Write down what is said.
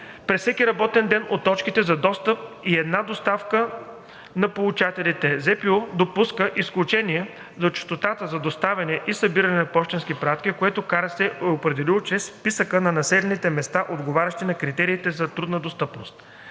през всеки работен ден от точките за достъп и една доставка на получателите. ЗПУ допуска изключение от честотата за доставяне и събиране на пощенски пратки, което Комисията за регулиране на съобщенията е определила чрез Списъка на населените места, отговарящи на критериите за труднодостъпност.